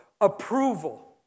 approval